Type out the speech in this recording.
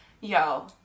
Yo